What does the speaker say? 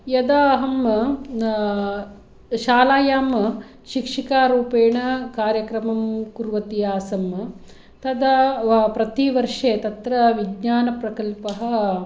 यदा अहं शालायां शिक्षिकारूपेण कार्यक्रमं कुर्वती आसं तदा प्रतिवर्षे तत्र विज्ञानप्रकल्पः